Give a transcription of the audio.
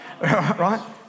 right